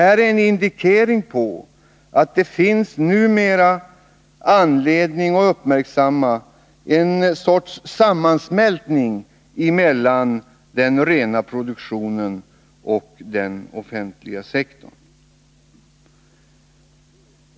Detta är en indikering på att det numera finns anledning att uppmärksamma en sorts sammansmältning mellan den rena produktionen och den offentliga sektorn.